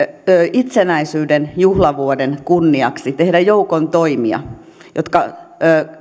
itsenäisyyden juhlavuoden kunniaksi tehdä joukon toimia jotka